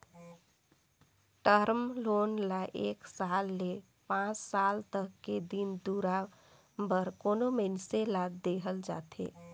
term loan ल एक साल ले पांच साल तक के दिन दुरा बर कोनो मइनसे ल देहल जाथे